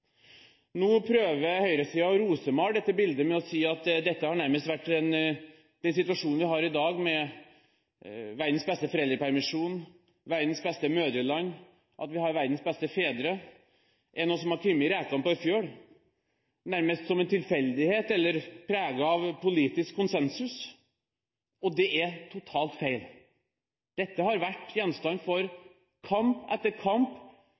Nå prøver høyresiden å rosemale dette bildet med å si at den situasjonen vi har i dag, med verdens beste foreldrepermisjon, verdens beste mødreland, at vi har verdens beste fedre, er noe som har kommet rekende på ei fjøl, nærmest som en tilfeldighet eller preget av politisk konsensus. Det er totalt feil. Dette har vært gjenstand for kamp etter kamp